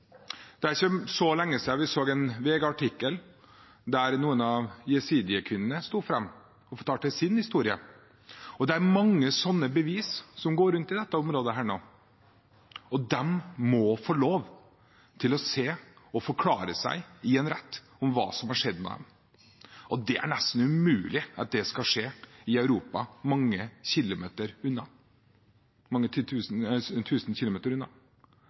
Det er ikke så lenge siden vi så en VG-artikkel der noen av jesidi-kvinnene sto fram og fortalte sin historie. Det er mange slike levende bevis i dette området. De må få lov til å forklare seg i en rett om hva som har skjedd med dem, og det er nesten umulig at det skal skje i Europa, mange tusen kilometer unna.